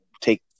take